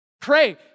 Pray